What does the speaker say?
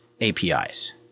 APIs